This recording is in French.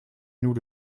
nous